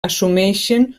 assumeixen